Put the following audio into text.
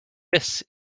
this